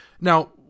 Now